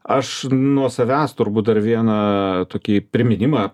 aš nuo savęs turbūt dar vieną tokį priminimą